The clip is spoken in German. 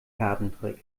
kartentrick